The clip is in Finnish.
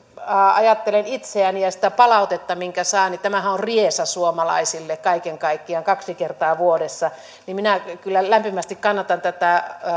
ajattelen itseäni ja sitä palautetta minkä saan niin tämähän on on riesa suomalaisille kaiken kaikkiaan kaksi kertaa vuodessa minä kyllä lämpimästi kannatan tätä